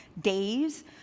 days